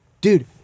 Dude